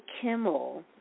Kimmel